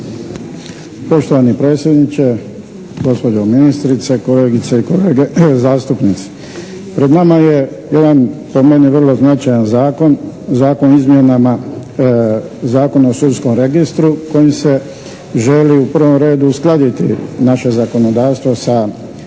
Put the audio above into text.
Poštovani predsjedniče, gospođo ministrice, kolegice i kolege zastupnici. Pred nama je jedan po meni vrlo značajan zakon, Zakon o sudskom registru kojim se želi u prvom redu uskladiti naše zakonodavstvo sa pravnim